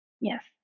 Yes